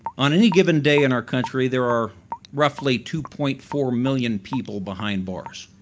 on any given day in our country there are roughly two point four million people behind bars.